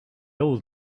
old